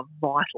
vital